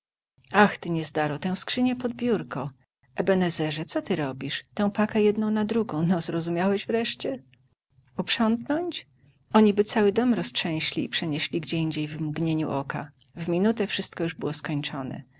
ach ty niezdaro tę skrzynię pod biurko ebenezerze co ty robisz tę pakę jedną na drugą no zrozumiałeś wreszcie uprzątnąć oniby cały dom roztrzęśli i przenieśli gdzieindziej w mgnieniu oka w minutę wszystko już było skończone